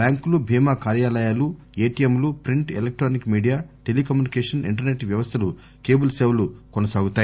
బ్యాంకులు బీమా కార్యాలయాలు ఏటీఎంలు print electronic media telecommunication internet వ్యవస్థలు కేబుల్ సేవలు కొనసాగుతాయి